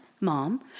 Mom